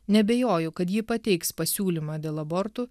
neabejoju kad ji pateiks pasiūlymą dėl abortų